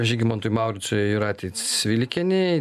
žygimantui mauricui jūratei cvilikienei